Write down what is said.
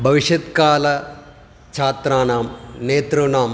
भविषत्कालछात्राणां नेतॄणाम्